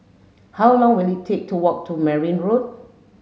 how long will it take to walk to Merryn Road